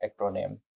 acronym